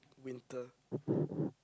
winter